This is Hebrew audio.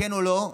כן או לא.